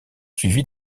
suivies